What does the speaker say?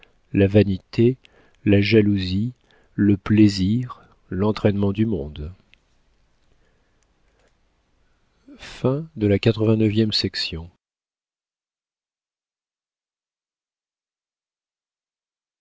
la vanité la jalousie le plaisir l'entraînement du monde